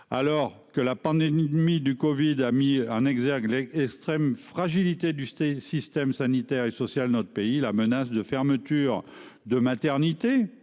Alors que la pandémie du covid-19 a mis en exergue l'extrême fragilité de notre système sanitaire et social, la menace de fermeture de maternités,